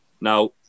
now